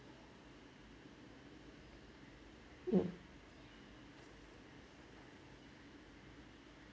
mm